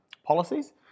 Policies